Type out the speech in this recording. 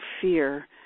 fear